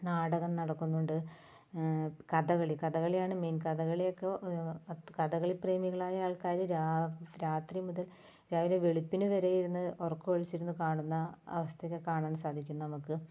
നാടകം നടക്കുന്നുണ്ട് കഥകളി കഥകളിയാണ് മെയിൻ കഥകളിയൊക്കെ കഥകളി പ്രേമികളായ ആൾക്കാർ രാ രാത്രി മുതൽ രാവിലെ വെളുപ്പിന് വരെയിരുന്ന് ഉറക്കൊഴിച്ചിരുന്ന് കാണുന്ന അവസ്ഥ വരെ കാണാൻ സാധിക്കും നമുക്ക്